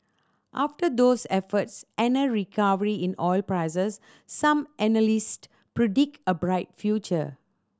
after those efforts and a recovery in oil prices some analyst predict a bright future